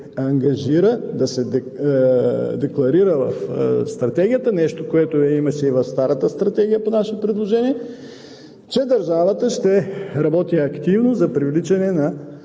ангажира, да се декларира в стратегията – нещо, което го имаше и в старата стратегия по наше предложение, че държавата ще работи активно за привличане на